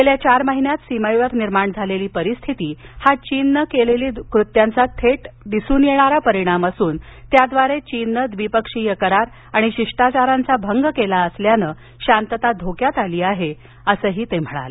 गेल्या चार महिन्यात सीमेवर निर्माण झालेली परिस्थिती हा चीननं केलेली कृत्यांचा थेट दिसुन येणारा परिणाम असून त्याद्वारे चीननं द्विपक्षीय करार आणि शिष्टाचारांचा भंग केला असल्यान शांतता धोक्यात आली आहे असंही ते म्हणाले